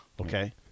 okay